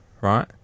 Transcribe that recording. right